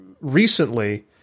recently